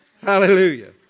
Hallelujah